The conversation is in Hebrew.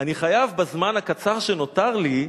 אני חייב, בזמן הקצר שנותר לי,